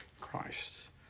Christ